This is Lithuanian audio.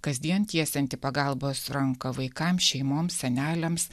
kasdien tiesianti pagalbos ranką vaikams šeimoms seneliams